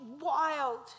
wild